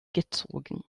gezogen